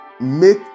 make